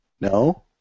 no